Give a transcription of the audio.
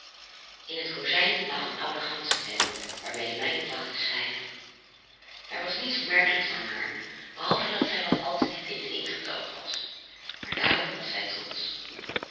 in het kozijn lag een oude ganzepen waarmee de meid placht te schrijven er was niets opmerkelijks aan haar behalve dat zij wat al te diep in den inkt gedoopt was maar daarop was zij trotsch